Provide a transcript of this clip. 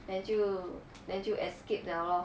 then 就 then 就 escaped 了 lor